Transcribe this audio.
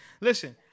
listen